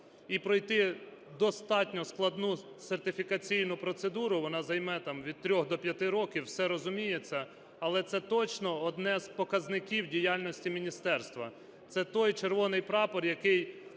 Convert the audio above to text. І пройти достатньо складну сертифікаційну процедуру, вона займе там від 3 до 5 років, все розуміється, але це точно одне з показників діяльності міністерства. Це той червоний прапор, який